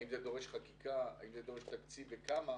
האם זה דורש חקיקה, האם זה דורש תקציב וכמה,